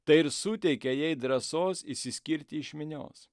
tai ir suteikė jai drąsos išsiskirti iš minios